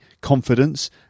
confidence